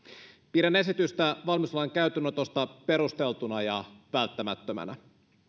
pidän esitystä valmiuslain käyttöönotosta perusteltuna ja välttämättömänä